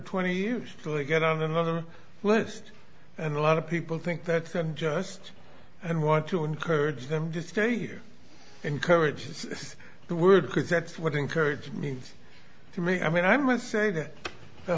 twenty years to get on another list and a lot of people think that just and want to encourage them to stay here encourages the word because that's what encourage means to me i mean i must say that the